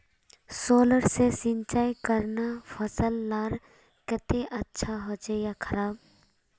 Solar से सिंचाई करना फसल लार केते अच्छा होचे या खराब?